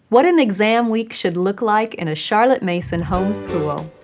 what an exam week should look like in a charlotte mason home school.